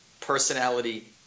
personality